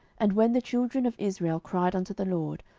and when the children of israel cried unto the lord,